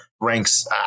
ranks